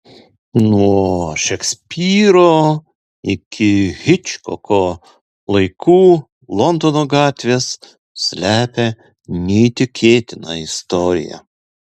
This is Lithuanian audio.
nuo šekspyro iki hičkoko laikų londono gatvės slepia neįtikėtiną istoriją